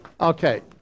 Okay